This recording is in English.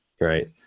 Right